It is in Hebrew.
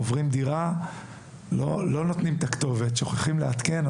עוברים דירה ושוכחים לעדכן.